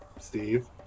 Steve